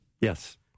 Yes